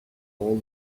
all